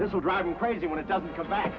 this will drive you crazy when it doesn't come back